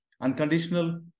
unconditional